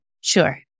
Sure